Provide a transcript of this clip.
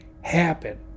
happen